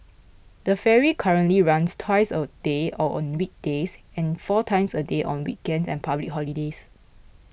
the ferry currently runs twice a day or on weekdays and four times a day on weekends and public holidays